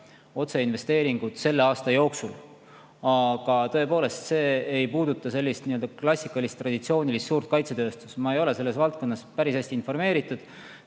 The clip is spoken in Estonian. otseinvesteeringud selle aasta jooksul. Aga tõepoolest, see ei puuduta sellist klassikalist, traditsioonilist suurt kaitsetööstust. Ma ei ole selles valdkonnas kuigi hästi informeeritud.